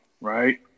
right